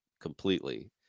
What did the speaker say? completely